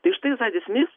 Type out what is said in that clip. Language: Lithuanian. tai štai zadi smis